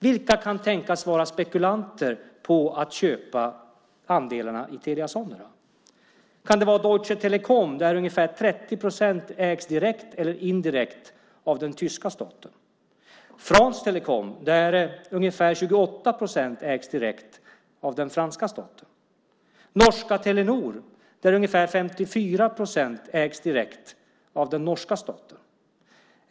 Vilka kan tänkas vara spekulanter på att köpa andelarna i Telia Sonera? Kan det vara Deutsche Telekom där ungefär 30 procent ägs direkt eller indirekt av den tyska staten? Är det France Telecom där ungefär 28 procent ägs direkt av den franska staten, eller norska Telenor där ungefär 54 procent ägs direkt av den norska staten?